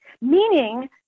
meaning